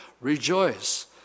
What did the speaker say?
rejoice